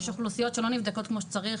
שיש אוכלוסיות שלא נבדקות כמו שצריך,